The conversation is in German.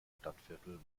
stadtviertel